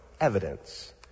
evidence